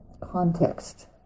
context